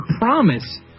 promise